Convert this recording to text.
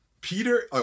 Peter